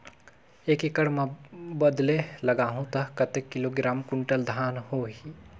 एक एकड़ मां बदले लगाहु ता कतेक किलोग्राम कुंटल धान होही?